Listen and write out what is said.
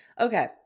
Okay